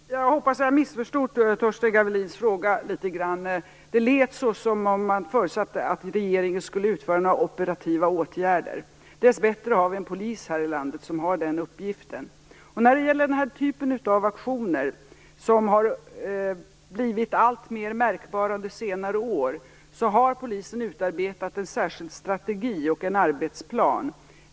Herr talman! Jag hoppas att jag missförstod Torsten Gavelins fråga litet grand. Det lät som om han förutsatte att regeringen skulle utföra några operativa åtgärder. Dessbättre har vi en polis här i landet som har den uppgiften. När det gäller den här typen av aktioner, som blivit alltmer märkbara under senare år, har polisen utarbetat en särskild strategi och en arbetsplan.